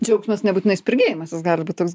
džiaugsmas nebūtinai spirgėjimas jis gali būt toks